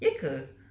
ya ke